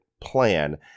plan